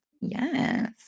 Yes